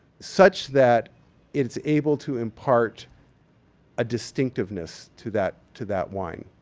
such that it's able to impart ah distinctiveness to that to that wine.